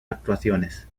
actuaciones